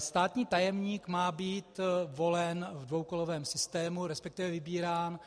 Státní tajemník má být volen v dvoukolovém systému, resp. vybírán.